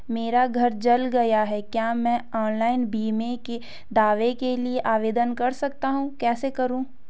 मेरा घर जल गया है क्या मैं ऑनलाइन बीमे के दावे के लिए आवेदन कर सकता हूँ कैसे करूँ?